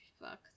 Fuck